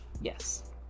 Yes